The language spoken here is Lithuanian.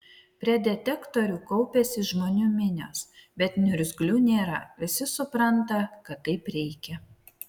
prie detektorių kaupiasi žmonių minios bet niurzglių nėra visi supranta kad taip reikia